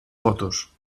fotos